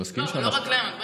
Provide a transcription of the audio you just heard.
לא רק להם.